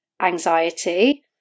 anxiety